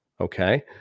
Okay